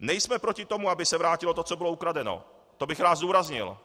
Nejsme proti tomu, aby se vrátilo to, co bylo ukradeno, to bych rád zdůraznil.